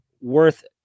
worth